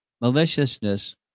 maliciousness